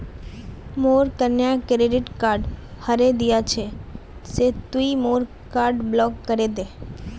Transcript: मोर कन्या credit card हरें दिया छे से तुई मोर कार्ड ब्लॉक करे दे